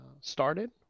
started